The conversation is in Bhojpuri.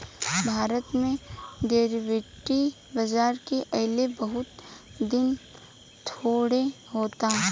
भारत में डेरीवेटिव बाजार के अइले बहुत दिन थोड़े होता